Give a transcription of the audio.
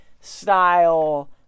style